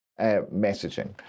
messaging